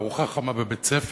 ארוחה חמה בבית-ספר,